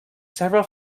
several